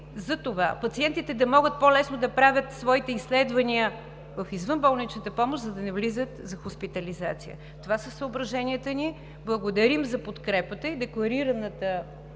за това пациентите да могат по-лесно да правят своите изследвания в извънболничната помощ, за да не влизат за хоспитализация. Това са съображенията ни. Благодарим за подкрепата Ви и за декларираната